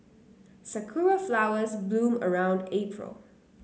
sakura flowers bloom around April